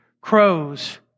crows